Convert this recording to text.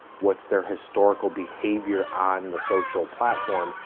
what's their historical behavior on the social platform,